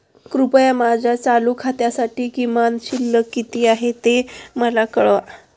कृपया माझ्या चालू खात्यासाठी किमान शिल्लक किती आहे ते मला कळवा